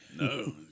No